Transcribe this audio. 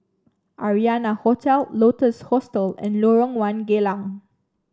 Arianna Hotel Lotus Hostel and Lorong One Geylang